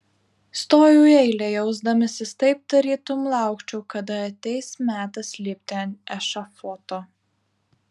stojau į eilę jausdamasis taip tarytum laukčiau kada ateis metas lipti ant ešafoto